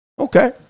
Okay